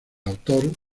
autor